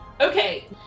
Okay